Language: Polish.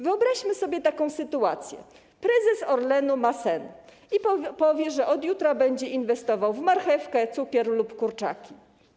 Wyobraźmy sobie taką sytuację: prezes Orlenu ma sen i stwierdza, że od jutra będzie inwestował w marchewkę, cukier lub kurczaki.